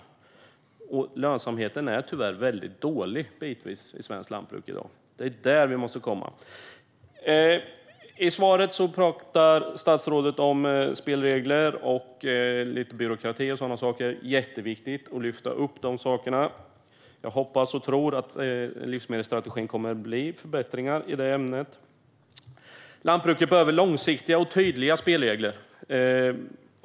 Tyvärr är lönsamheten bitvis mycket dålig inom svenskt lantbruk i dag. Det är inom detta som vi måste göra något. I interpellationssvaret talar statsrådet om spelregler, byråkrati och sådana saker. Allt detta är jätteviktigt att lyfta upp. Jag hoppas och tror att livsmedelsstrategin kommer att innebära förbättringar här. Lantbrukare behöver långsiktiga och tydliga spelregler.